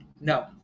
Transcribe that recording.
No